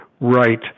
Right